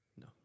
No